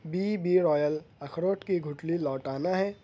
be بی روایل اخروٹ کی گٹھلی لوٹانا ہے